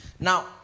Now